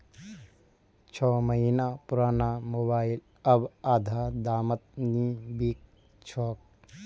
छो महीना पुराना मोबाइल अब आधा दामत नी बिक छोक